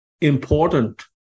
important